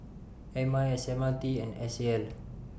M I S M R T and S A L